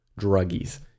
Druggies